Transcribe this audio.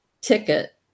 ticket